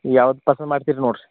ಯಾವ್ದು ಪಸಂದ್ ಮಾಡ್ತೀರ ನೋಡ್ರಿ